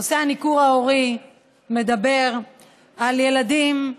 נושא הניכור ההורי מדבר על ילדים,